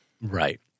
Right